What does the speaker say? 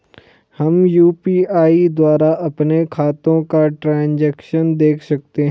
हम यु.पी.आई द्वारा अपने खातों का ट्रैन्ज़ैक्शन देख सकते हैं?